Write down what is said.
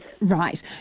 Right